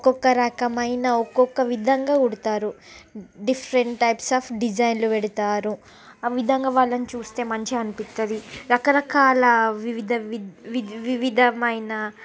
ఒక్కొక్క రకమైన ఒకొక్క విధంగా కుడతారు డిఫరెంట్ టైప్స్ ఆఫ్ డిజైన్లు పెడతారు ఆ విధంగా వాళ్ళని చూస్తే మంచిగా అనిపిస్తుంది రకరకాల వివిధ విద్ విద్ వివిధమైన